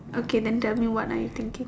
okay then tell me what are you thinking